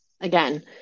Again